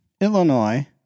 Illinois